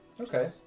Okay